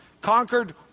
Conquered